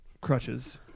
crutches